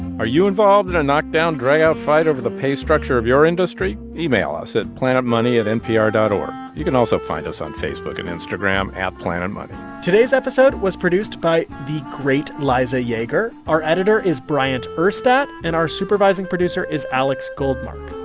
are you involved in a knockdown, drag-out fight over the pay structure of your industry? email us at planetmoney at npr dot o r g. you can also find us on facebook and instagram at planetmoney today's episode was produced by the great liza yeager. our editor is bryant urstadt, and our supervising producer is alex goldmark.